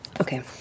Okay